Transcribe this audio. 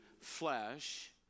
flesh